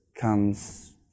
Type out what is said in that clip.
comes